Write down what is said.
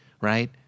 right